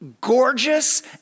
gorgeous